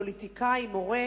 פוליטיקאי, מורה,